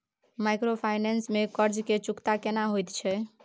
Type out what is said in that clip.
Microfinance में कर्ज के चुकता केना होयत छै?